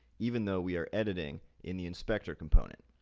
even though we are editing in the inspector component.